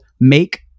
Make